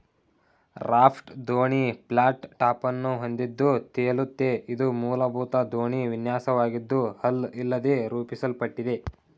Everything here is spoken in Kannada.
ರಾಫ್ಟ್ ದೋಣಿ ಫ್ಲಾಟ್ ಟಾಪನ್ನು ಹೊಂದಿದ್ದು ತೇಲುತ್ತೆ ಇದು ಮೂಲಭೂತ ದೋಣಿ ವಿನ್ಯಾಸವಾಗಿದ್ದು ಹಲ್ ಇಲ್ಲದೇ ನಿರೂಪಿಸಲ್ಪಟ್ಟಿದೆ